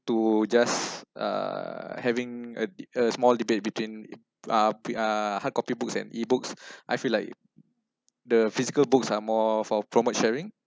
to just uh having a a small debate between uh uh hard copy books and ebooks I feel like the physical books are more for promote sharing